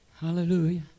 Hallelujah